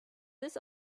this